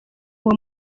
uwo